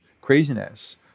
craziness